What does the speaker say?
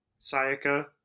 sayaka